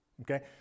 Okay